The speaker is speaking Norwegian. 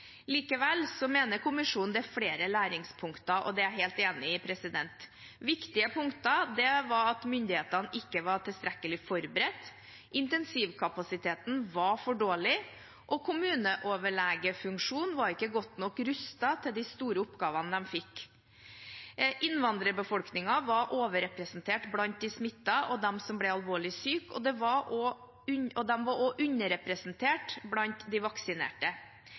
Likevel mener kommisjonen at det er flere læringspunkter, og det er jeg helt enig i. Viktige punkter var at myndighetene ikke var tilstrekkelig forberedt, intensivkapasiteten var for dårlig, og kommuneoverlegefunksjonen var ikke godt nok rustet til de store oppgavene de fikk. Innvandrerbefolkningen var overrepresentert blant de smittede og dem som ble alvorlig syke, og de var